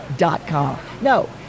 No